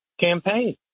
campaign